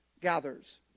gathers